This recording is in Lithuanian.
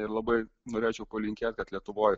ir labai norėčiau palinkėt kad lietuvoj